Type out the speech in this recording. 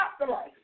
afterlife